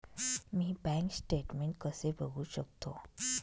मी bank statement कसे बघू शकतो?